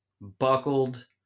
buckled